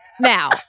Now